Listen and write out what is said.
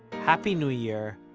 happy new year,